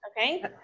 Okay